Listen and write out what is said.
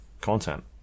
content